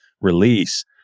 release